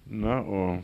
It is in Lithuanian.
na o